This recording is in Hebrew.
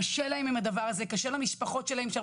קשה להם עם הדבר הזה קשה למשפחות שבדרך